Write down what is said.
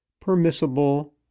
permissible